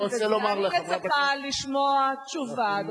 אני מצפה לשמוע תשובה,